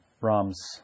Ram's